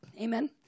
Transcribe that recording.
Amen